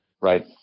right